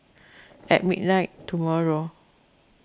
at midnight tomorrow